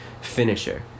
finisher